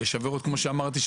כמו שכבר אמרתי,